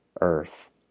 earth